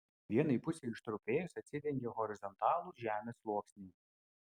vienai pusei ištrupėjus atsidengė horizontalūs žemės sluoksniai